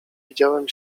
widziałem